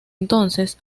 entonces